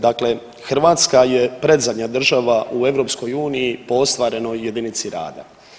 Dakle, Hrvatska je predzadnja država u EU po ostvarenoj jedinici rada.